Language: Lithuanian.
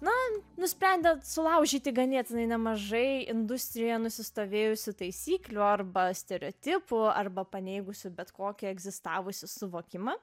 man nusprendėte sulaužyti ganėtinai nemažai industrijoje nusistovėjusių taisyklių arba stereotipų arba paneigusių bet kokį egzistavusį suvokimą